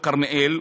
או כרמיאל,